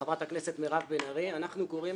לחברת הכנסת מירב בן ארי שאנחנו קוראים